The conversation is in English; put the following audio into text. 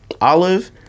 Olive